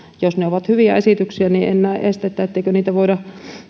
jos ne ovat hyviä esityksiä niin estettä etteikö niitä voida